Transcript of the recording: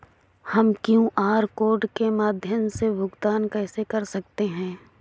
हम QR code के माध्यम से भुगतान कैसे कर सकते हैं?